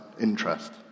interest